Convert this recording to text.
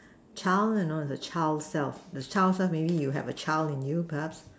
child you know is the child self the child self maybe you have a child in you perhaps